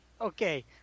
okay